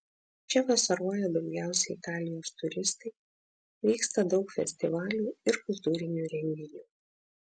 čia vasaroja daugiausiai italijos turistai vyksta daug festivalių ir kultūrinių renginių